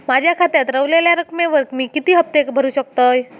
माझ्या खात्यात रव्हलेल्या रकमेवर मी किती हफ्ते भरू शकतय?